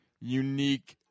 unique